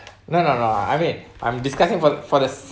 no no no I mean I'm discussing for for the s~